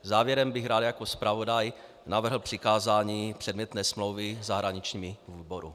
Závěrem bych rád jako zpravodaj navrhl přikázání předmětné smlouvy zahraničnímu výboru.